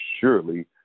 surely